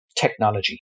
technology